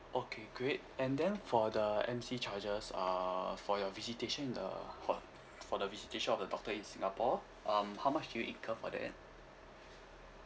okay great and then for the M_C charges uh for your visitation with the ho~ for the visitation of the doctor in singapore um how much did you incur for that